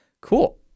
Cool